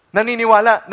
Naniniwala